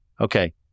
Okay